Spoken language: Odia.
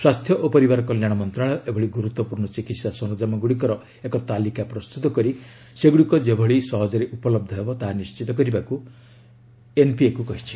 ସ୍ୱାସ୍ଥ୍ୟ ଓ ପରିବାର କଲ୍ୟାଣ ମନ୍ତ୍ରଣାଳୟ ଏଭଳି ଗୁରୁତ୍ୱପୂର୍ଣ୍ଣ ଚିକିତ୍ସା ସରଞ୍ଜାମଗୁଡ଼ିକର ଏକ ତାଲିକା ପ୍ରସ୍ତୁତ କରି ସେଗୁଡ଼ିକ ଯେପରି ସହଜରେ ଉପଲବ୍ଧ ହେବ ତାହା ନିଶ୍ଚିତ କରିବାକୁ ଏନ୍ପିପିଏକୁ କହିଛି